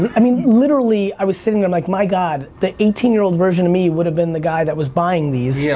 i mean literally i was sitting i'm like my god the eighteen year old version of me would have been the guy that was buying these. yeah